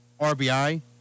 RBI